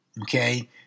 Okay